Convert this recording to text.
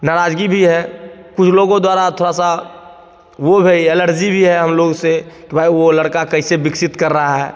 नाराज़गी भी है कुछ लोगों द्वारा थोड़ा सा वो हो गई है एलर्ज़ी भी है हम लोग से कि भाई वो लड़का कैसे विकसित कर रहा है